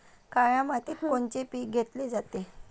काळ्या मातीत कोनचे पिकं घेतले जाते?